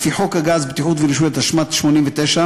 לפי חוק הגז (בטיחות ורישוי), התשמ"ט 1989,